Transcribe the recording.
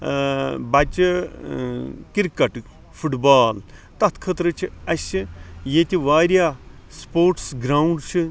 بَچہِ کِرکَٹُک football تَتھ خٲطرِ چھِ اَسہِ ییٚتہِ واریاہ سپوٹس گراوُنٛڈ چھ